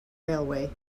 railway